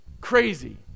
crazy